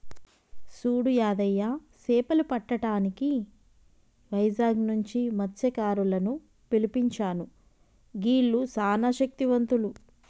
సూడు యాదయ్య సేపలు పట్టటానికి వైజాగ్ నుంచి మస్త్యకారులను పిలిపించాను గీల్లు సానా శక్తివంతులు